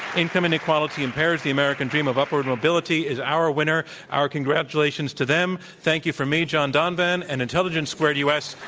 income inequality impairs the american dream of upward mobility, is our winner. our congratulations to them. thank you from me, john john and intelligence squared u. s.